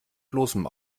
bloßem